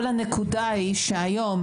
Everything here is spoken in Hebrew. כל הנקודה היא שהיום,